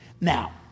Now